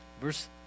Verse